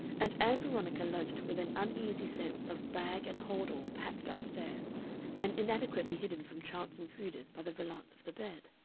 and ann veronica lunched with an uneasy sense of bag and hold-all packed up-stairs and inadequately hidden from chance intruders by the valance of the bed.